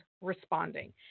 responding